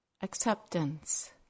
acceptance